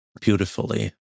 beautifully